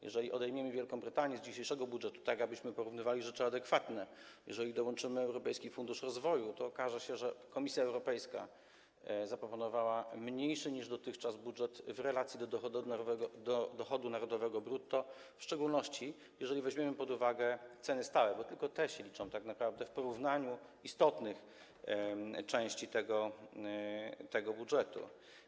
Jeżeli odejmiemy środki Wielkiej Brytanii z dzisiejszego budżetu, tak abyśmy porównywali rzeczy adekwatne, jeżeli dołączymy Europejski Fundusz Rozwoju, to okaże się, że Komisja Europejska zaproponowała mniejszy niż dotychczas budżet w relacji do dochodu narodowego brutto, w szczególności jeżeli weźmiemy pod uwagę ceny stałe, bo tylko te się liczą tak naprawdę przy porównywaniu istotnych części tego budżetu.